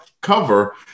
cover